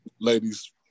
ladies